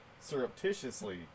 surreptitiously